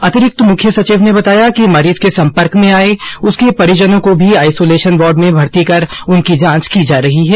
अतिरिक्त मुख्य सचिव ने बताया कि मरीज के संपर्क में आए उसके परिजनों को भी आइसोलेशन वार्ड में भर्ती कर उनकी जांच की जा रही है